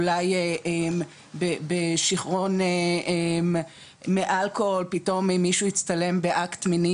אולי בשיכרון מאלכוהול פתאום אם מישהו הצטלם באקט מיני